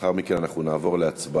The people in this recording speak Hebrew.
לאחר מכן אנחנו נעבור להצבעה